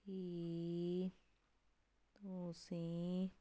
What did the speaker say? ਕੀ ਤੁਸੀਂ